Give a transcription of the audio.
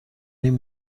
این